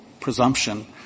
presumption